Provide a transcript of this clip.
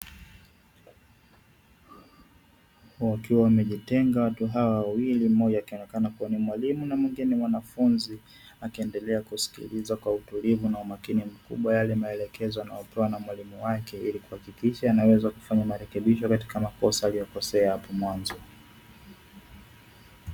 Wakiwa wamejitenga watu hawa wawili, mmoja akionekana kuwa ni mwalimu na mwingine mwanafunzi, akiendelea kusikiliza kwa utulivu na umakini mkubwa yale maelekezo anayopewa na mwalimu wake, ili kuhakikisha yanaweza kufanya marekebisho katika makosa aliyokosea hapo mwanzo.